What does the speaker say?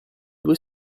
due